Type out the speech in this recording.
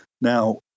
Now